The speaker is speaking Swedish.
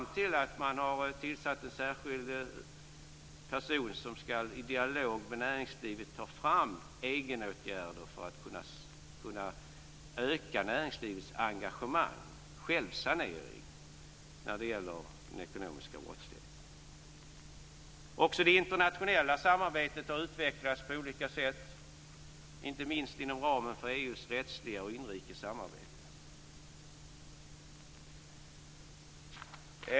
Det har lett fram till en tillsättning av en särskild person som i dialog med näringslivet skall ta fram förslag till egenåtgärder för att öka näringslivets engagemang och självsanering i fråga om den ekonomiska brottsligheten. Även det internationella samarbetet har utvecklats på olika sätt, inte minst inom ramen för EU:s rättsliga och inrikes samarbete.